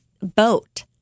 boat